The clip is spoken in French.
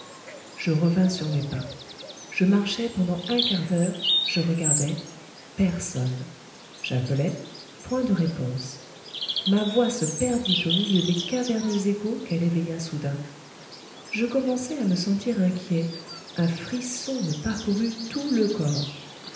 je revins sur mes pas je marchai pendant un quart d'heure je regardai personne j'appelai point de réponse ma voix se perdit au milieu des caverneux échos qu'elle éveilla soudain je commençai à me sentir inquiet un frisson me parcourut tout le corps